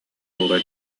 ууран